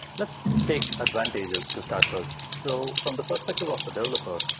let's take advantages to start with. so from the perspective of a developer,